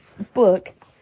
Book